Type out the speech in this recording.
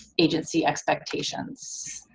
agency expectations.